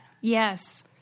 Yes